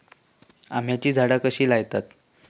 आम्याची झाडा कशी लयतत?